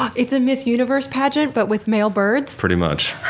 it's a miss universe pageant but with male birds? pretty much.